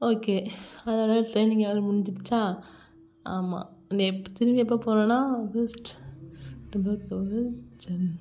okay அதோடு training hour முடிஞ்சிடுச்சா ஆமாம் நெ எப்போ திரும்பி எப்போ போனேன்னால் ஆகஸ்ட்டு அக்டோபர் போவேன் ஜன்